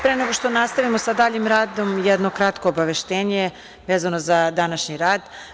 Pre nego što nastavimo sa daljim radom, jedno kratko obaveštenje vezano za današnji rad.